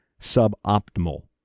suboptimal